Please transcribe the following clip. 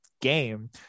game